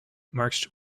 marched